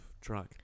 track